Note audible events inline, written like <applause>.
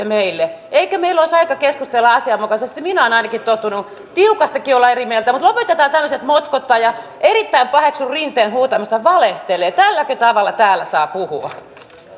<unintelligible> meille eikö meidän olisi aika keskustella asianmukaisesti minä olen ainakin tottunut tiukastikin olemaan eri mieltä mutta lopetetaan tämmöiset motkottaa ilmaukset ja erittäin syvästi paheksun rinteen huutamista valehtelee tälläkö tavalla täällä saa puhua